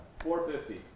450